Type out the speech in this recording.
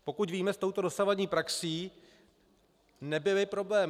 Pokud víme, s touto dosavadní praxí nebyly problémy.